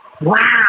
Wow